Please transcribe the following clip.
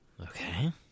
Okay